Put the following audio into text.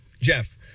Jeff